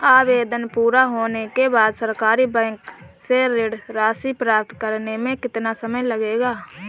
आवेदन पूरा होने के बाद सरकारी बैंक से ऋण राशि प्राप्त करने में कितना समय लगेगा?